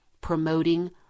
promoting